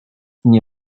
nie